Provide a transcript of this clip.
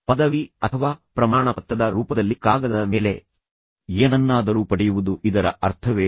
ಪದವಿ ಅಥವಾ ಪ್ರಮಾಣಪತ್ರದ ರೂಪದಲ್ಲಿ ಕಾಗದದ ಮೇಲೆ ಏನನ್ನಾದರೂ ಪಡೆಯುವುದು ಇದರ ಅರ್ಥವೇ